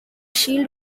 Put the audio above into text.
shield